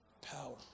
power